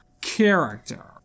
Character